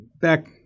back